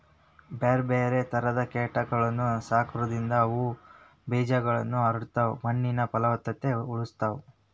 ಬ್ಯಾರ್ಬ್ಯಾರೇ ತರದ ಕೇಟಗಳನ್ನ ಸಾಕೋದ್ರಿಂದ ಅವು ಬೇಜಗಳನ್ನ ಹರಡತಾವ, ಮಣ್ಣಿನ ಪಲವತ್ತತೆನು ಉಳಸ್ತಾವ